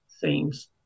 themes